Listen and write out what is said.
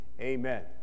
Amen